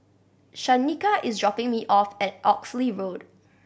Shaniqua is dropping me off at Oxley Road